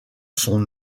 son